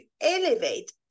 elevate